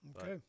Okay